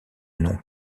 nom